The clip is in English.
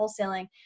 wholesaling